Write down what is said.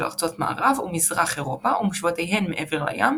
ארצות מערב ומרכז אירופה ומושבותיהן מעבר לים,